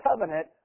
covenant